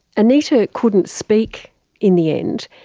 anita couldn't speak in the end,